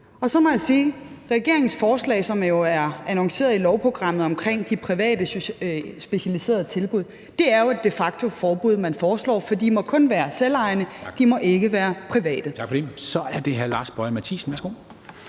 Og så må jeg sige: Regeringens forslag, som jo er annonceret i lovprogrammet omkring de private, specialiserede tilbud, er jo de facto et forbud; det er det, man foreslår, for de må kun være selvejende, de må ikke være private.